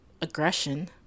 aggression